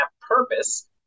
purpose